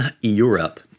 Europe